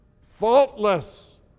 faultless